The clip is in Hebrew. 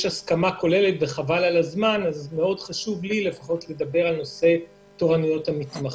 הסכמה אז אדלג לנושא תורנויות המתמחים: